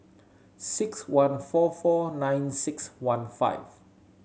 six one four four nine six one five